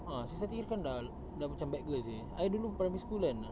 ah six thirty pun dah dah macam I dulu primary school kan